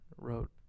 wrote